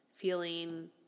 feeling